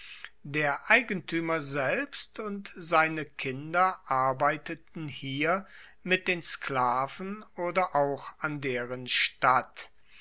der eigentuemer selbst und seine kinder arbeiteten hier mit den sklaven oder auch an deren statt